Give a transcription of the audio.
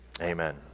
amen